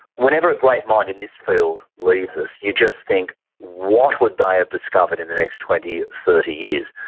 whenever a great mind in this field leaves us, you just think what would they have discovered in the next twenty, thirty years.